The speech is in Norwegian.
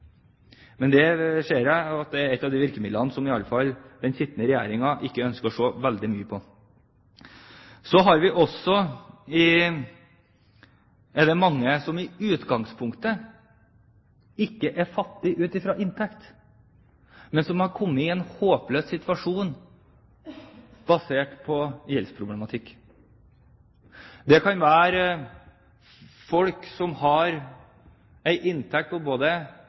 Men det ser jeg at er et av de virkemidlene som i alle fall den sittende regjeringen ikke ønsker å se veldig mye på. Så er det mange som i utgangspunktet ikke er fattige ut ifra inntekt, men som har kommet i en håpløs situasjon på grunn av gjeld. Det kan være folk som har en inntekt på både